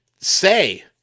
say